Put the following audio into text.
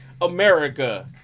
america